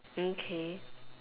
okay